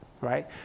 right